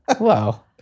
wow